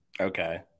Okay